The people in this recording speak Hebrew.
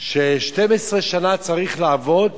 בן-סימון אמר ש-12 שנה צריך לעבוד